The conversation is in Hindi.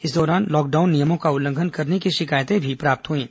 इस दौरान लॉकडाउन नियमों का उल्लंघन करने की शिकायतें भी मिली हैं